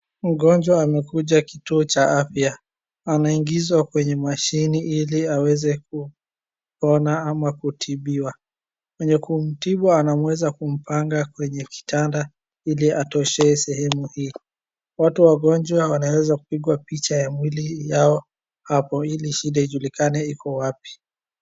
Mgonjwa amekuja kituo cha afya, anaingizwa kwenye mashini ili aweze kupona ama kutibiwa. Mwenye kumtibu anaweza kumpanga kwenye kitanda ili atoshea sehemu hii. Watu wagonjwa wanaeza kupigwa picha ya mwili yao hapo ili shida ijulikane iko wapi.